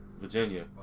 Virginia